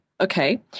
Okay